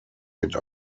mit